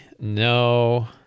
no